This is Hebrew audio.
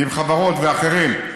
ועם חברות ואחרים,